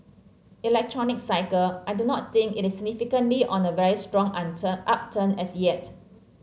electronics cycle I do not think it is significantly on a very strong upturn as yet